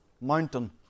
mountain